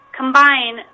combine